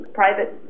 private